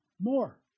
more